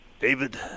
David